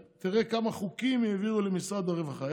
תראה כמה חוקים העבירו למשרד הרווחה.